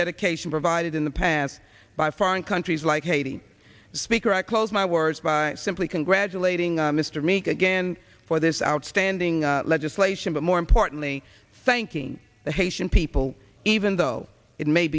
dedication provided in the past by foreign countries like haiti speaker i close my words by simply congratulating mr meek again for this outstanding legislation but more importantly thanking the haitian people even though it may